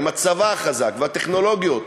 עם הצבא החזק והטכנולוגיות,